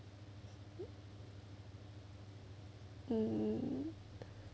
um